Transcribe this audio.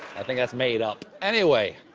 i think that's made up. anyway,